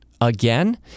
again